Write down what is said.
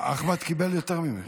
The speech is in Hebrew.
אחמד קיבל יותר ממך.